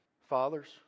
Fathers